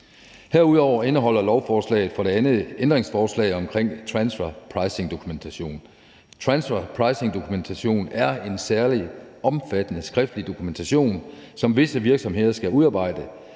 det andet indeholder lovforslaget et forslag omkring transfer pricing-dokumentation. Transfer pricing-dokumentation er en særlig omfattende skriftlig dokumentation, som visse virksomheder skal udarbejde.